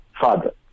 father